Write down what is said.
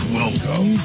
welcome